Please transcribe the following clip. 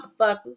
motherfuckers